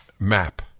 map